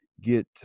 get